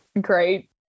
Great